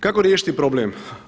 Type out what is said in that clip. Kako riješiti problem?